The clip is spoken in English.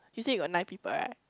you say you got nine people [right]